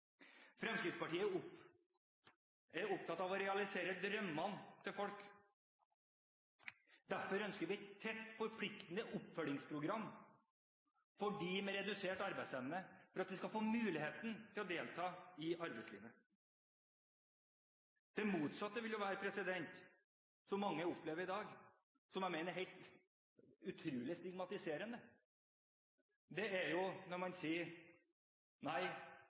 Fremskrittspartiet er opptatt av å realisere drømmene til folk. Derfor ønsker vi et tett, forpliktende oppfølgingsprogram for dem med redusert arbeidsevne, for at de skal få muligheten til å delta i arbeidslivet. Det motsatte ville jo være, som mange opplever i dag, og som jeg mener er utrolig stigmatiserende, når man sier: Nei,